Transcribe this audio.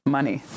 Money